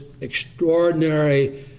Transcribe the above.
extraordinary